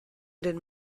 den